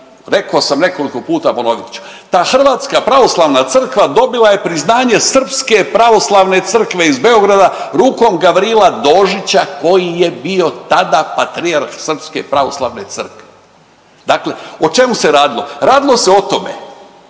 rekao sam nekoliko puta, ponovit ću, ta Hrvatska pravoslavna Crkva dobila je priznanje Srpske pravoslavne Crkve iz Beograda rukom Gavrila Dožića koji je bio tada patrijarh Srpske pravoslavne Crkve. Dakle, o čemu se radilo? Radilo se o tome,